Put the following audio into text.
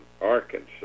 Arkansas